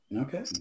Okay